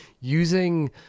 using